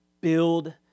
build